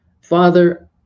Father